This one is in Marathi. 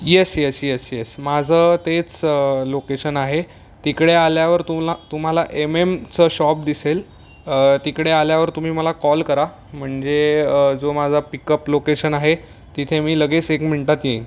येस येस येस येस माझं तेच लोकेशन आहे तिकडे आल्यावर तुला तुम्हाला एम एम चं शॉप दिसेल तिकडे आल्यावर तुम्ही मला कॉल करा म्हणजे जो माझा पिक अप लोकेशन आहे तिथे मी लगेच एक मिन्टात येईन